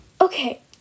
Okay